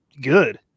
good